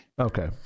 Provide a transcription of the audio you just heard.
Okay